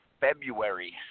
February